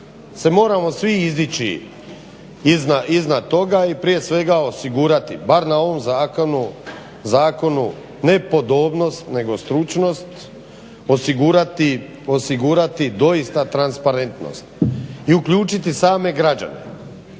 se moramo svi izdići iznad toga i prije svega osigurati bar na ovom zakonu ne podobnost nego stručnost, osigurati doista transparentnost i uključiti same građane.